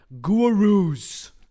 gurus